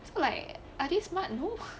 so like I think smart move